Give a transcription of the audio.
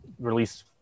release